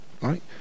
right